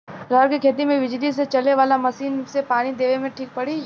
रहर के खेती मे बिजली से चले वाला मसीन से पानी देवे मे ठीक पड़ी?